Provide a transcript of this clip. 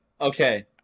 Okay